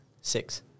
Six